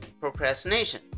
procrastination